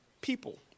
people